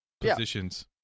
positions